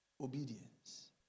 Obedience